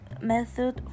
method